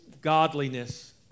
godliness